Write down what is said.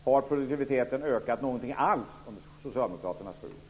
Har produktiviteten ökat alls under Socialdemokraternas sju år?